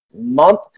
month